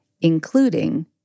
including